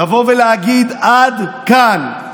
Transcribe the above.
לבוא ולהגיד: עד כאן.